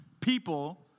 People